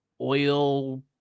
oil